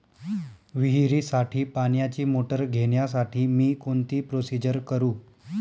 विहिरीसाठी पाण्याची मोटर घेण्यासाठी मी कोणती प्रोसिजर करु?